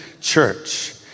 church